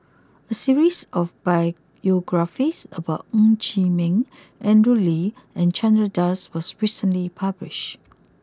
A series of biographies about Ng Chee Meng Andrew Lee and Chandra Das was recently published